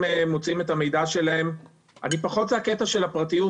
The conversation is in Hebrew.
אני פחות בקטע של הפרטיות,